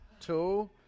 two